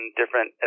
different